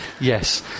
Yes